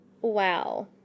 Wow